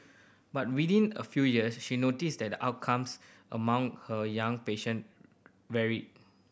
but within a few years she noticed that outcomes among her young patient varied